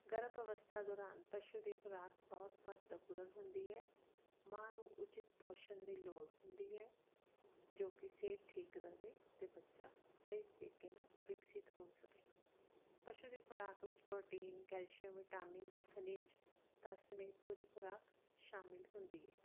ਗਰਭ ਅਵਸਥਾ ਦੌਰਾਨ ਪਸ਼ੂ ਦੀ ਖੁਰਾਕ ਬਹੁਤ ਮਹੱਤਵਪੂਰਨ ਹੁੰਦੀ ਹੈ ਮਾਂ ਨੂੰ ਉਚਿਤ ਪੋਸ਼ਣ ਦੀ ਲੋੜ ਹੁੰਦੀ ਹੈ ਜੋ ਕਿ ਸਿਹਤ ਠੀਕ ਰਵੇ ਅਤੇ ਬੱਚਾ ਸਹੀ ਤਰੀਕੇ ਨਾਲ ਵਿਕਸਿਤ ਹੋ ਸਕੇ ਪਸ਼ੂ ਦੀ ਖੁਰਾਕ ਵਿੱਚ ਪ੍ਰੋਟੀਨ ਕੈਲਸ਼ੀਅਮ ਵਿਟਾਮਿਨ ਅਤੇ ਖਣਿਜ ਤਾਂ ਸਮੇਤ ਪੂਰੀ ਖੁਰਾਕ ਸ਼ਾਮਿਲ ਹੁੰਦੀ ਏ